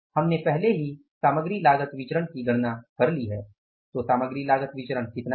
हमने पहले ही सामग्री लागत विचरण की गणना कर ली है तो सामग्री लागत विचरण कितना है